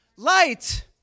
Light